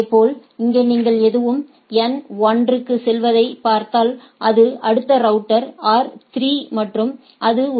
இதேபோல் இங்கே நீங்கள் எதுவும் N 1 க்கு செல்வதை பார்த்தால் அது அடுத்த ரவுட்டர் R 3 மற்றும் அது ஒரு எ